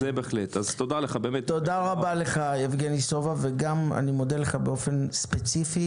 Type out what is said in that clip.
תודה רבה יבגני סובה ומודה לך באופן ספציפי